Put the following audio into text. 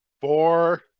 four